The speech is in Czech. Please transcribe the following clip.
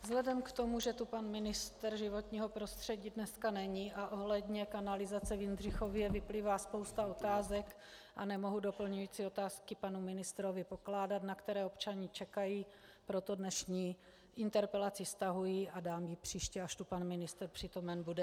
Vzhledem k tomu, že tu pan ministr životního prostředí dneska není a ohledně kanalizace v Jindřichově vyplývá spousta otázek a nemohu doplňující otázky panu ministrovi pokládat, na které občané čekají, proto dnešní interpelaci stahuji a dám ji příště, až tu pan ministr přítomen bude.